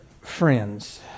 friends